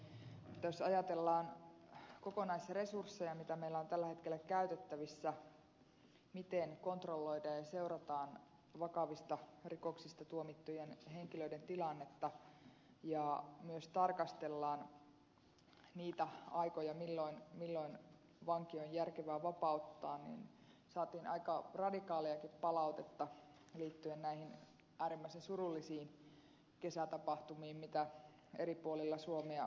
jos ajatellaan kokonaisresursseja mitä meillä on tällä hetkellä käytettävissä miten kontrolloidaan ja seurataan vakavista rikoksista tuomittujen henkilöiden tilannetta ja myös tarkastellaan niitä aikoja milloin vanki on järkevää vapauttaa niin saatiin aika radikaaliakin palautetta liittyen näihin äärimmäisen surullisiin kesätapahtumiin mitä eri puolilla suomea tapahtui